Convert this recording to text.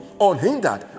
unhindered